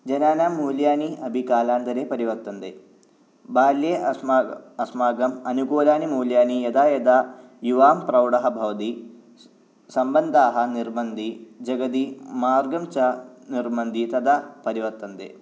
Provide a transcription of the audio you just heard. जनानां मूल्यानि अपि कालान्तरे परिवर्तन्ते बाल्ये अस्मा अस्माकम् अनुकूलानि मूल्यानि यदा यदा युवां प्रौडः भवति सम्बन्धः निर्भन्ति जगति मार्गं च निर्बन्दि तदा परिवर्तन्ते